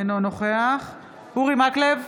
אינו נוכח אורי מקלב,